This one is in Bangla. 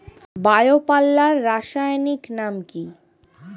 বায়ো পাল্লার রাসায়নিক নাম কি?